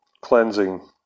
cleansing